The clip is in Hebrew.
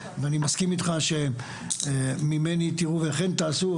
ואני מסכים איתך שממני תראו וכן תעשו.